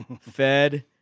fed